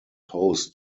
host